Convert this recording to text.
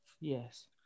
Yes